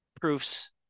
proofs